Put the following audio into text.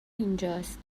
اینجاست